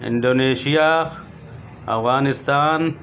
Indonesia Afghanistan